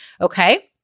Okay